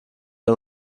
der